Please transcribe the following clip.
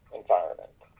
environment